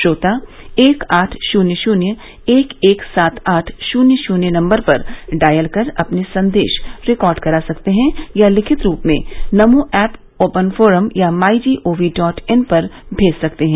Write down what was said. श्रोता एक आठ शून्य शून्य एक एक सात आठ शून्य शून्य नम्बर पर डॉयल कर अपने संदेश रिकार्ड करा सकते हैं या लिखित रूप में नमो एप ओपन फोरम या my G O V dot in पर भेज सकते हैं